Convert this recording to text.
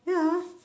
ya